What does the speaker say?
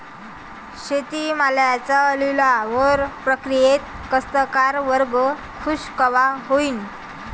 शेती मालाच्या लिलाव प्रक्रियेत कास्तकार वर्ग खूष कवा होईन?